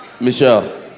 Michelle